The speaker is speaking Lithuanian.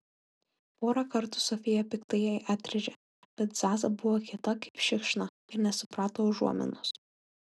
porą kartų sofija piktai jai atrėžė bet zaza buvo kieta kaip šikšna ir nesuprato užuominos